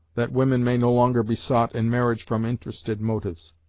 that women may no longer be sought in marriage from interested motives.